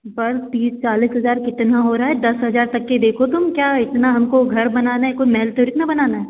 बर तीस चालीस हज़ार कितना हो रहा है दस हज़ार तक के देखो तुम क्या इतना हमको घर बनाना है कोई महल थोड़ी न बनाना है